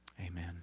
Amen